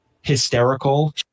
hysterical